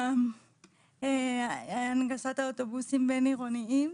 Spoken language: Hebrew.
הנגשת אוטובוסים בין-עירוניים.